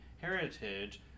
heritage